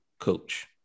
coach